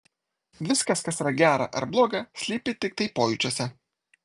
viskas kas yra gera ar bloga slypi tiktai pojūčiuose